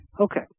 Okay